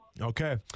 Okay